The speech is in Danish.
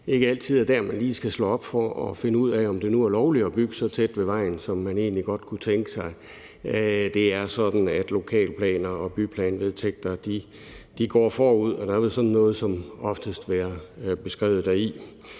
ikke altid er der, man lige skal slå op for at finde ud af, om det nu er lovligt at bygge så tæt ved vejen, som man egentlig godt kunne tænke sig. Det er sådan, at lokalplaner og byplanvedtægter går forud, og der vil sådan noget som oftest være beskrevet.